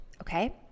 okay